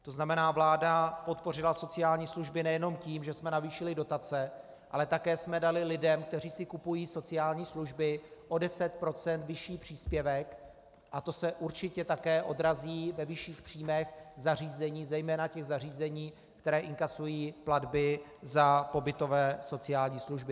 To znamená, vláda podpořila sociální služby nejenom tím, že jsme navýšili dotace, ale také jsme dali lidem, kteří si kupují sociální služby, o 10 % vyšší příspěvek a to se určitě také odrazí ve vyšších příjmech zařízení, zejména těch zařízení, která inkasují platby za pobytové sociální služby.